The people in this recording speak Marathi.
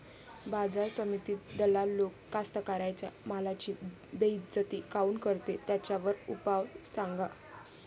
बाजार समितीत दलाल लोक कास्ताकाराच्या मालाची बेइज्जती काऊन करते? त्याच्यावर उपाव सांगा